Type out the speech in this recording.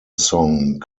song